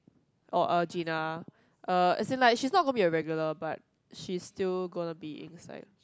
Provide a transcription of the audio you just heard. oh uh Gina uh as in like she's not gonna be a regular but she's still gonna be inside